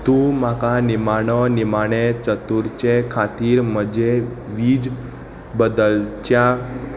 तूं म्हाका निमाणो निमाणें चतुर्चें खातीर म्हजें वीज बदलच्या